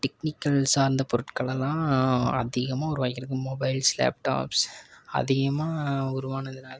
இந்த டெக்கனிக்கல் சார்ந்த பொருட்களெல்லாம் அதிகமாக உருவாக்கிருக்கு மொபைல்ஸ் லேப்டாப்ஸ் அதிகமாக உருவானதுனால